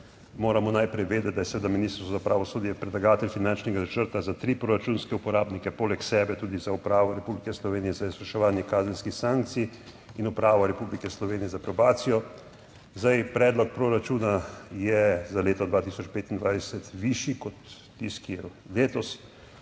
moramo najprej vedeti, da je seveda Ministrstvo za pravosodje predlagatelj finančnega načrta za tri proračunske uporabnike, poleg sebe tudi za Upravo Republike Slovenije za izvrševanje kazenskih sankcij in Upravo Republike Slovenije za probacijo. Zdaj, predlog proračuna je za leto 2025 višji kot tisti, ki je letos,